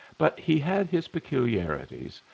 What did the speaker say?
but he had his peculiarities,